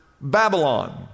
Babylon